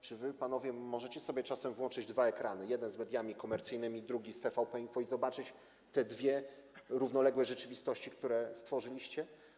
Czy wy panowie możecie sobie czasem włączyć dwa ekrany: jeden z mediami komercyjnymi, drugi z TVP Info, by zobaczyć te dwie równoległe rzeczywistości, które stworzyliście?